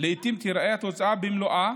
לעיתים תיראה התוצאה במלואה